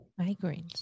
migraines